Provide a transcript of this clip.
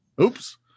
Oops